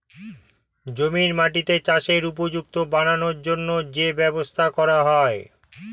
জমির মাটিকে চাষের উপযুক্ত বানানোর জন্যে যে ব্যবস্থা করা হয়